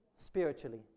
Spiritually